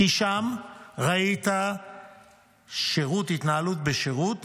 כי שם ראית התנהלות בשירות